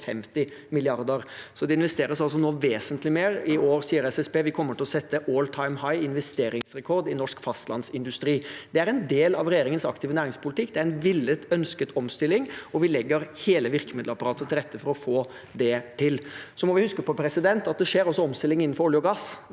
450 mrd. kr, så det investeres nå altså vesentlig mer. SSB sier at vi i år kommer til å se en «all time high» og sette investeringsrekord i norsk fastlandsindustri. Det er en del av regjeringens aktive næringspolitikk. Det er en villet og ønsket omstilling, og vi legger hele virkemiddelapparatet til rette for å få det til. Vi må huske på at det også skjer omstilling innenfor olje og gass.